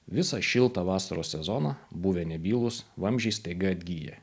visą šiltą vasaros sezoną buvę nebylūs vamzdžiai staiga atgyja